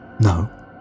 No